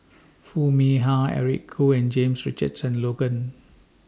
Foo Mee Har Eric Khoo and James Richardson Logan